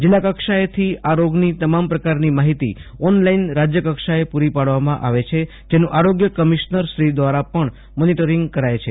જિલ્લા કક્ષાએથી આ રોગની તમામ પ્રકારની માહિતી ઓનલાઇન રાજ્ય કક્ષાએ પૂરી પાડવામાં આવે છે જેનું આરોગ્ય કમિશનર શ્રી દ્વારા પણ મોનિટરિંગ કરાય છે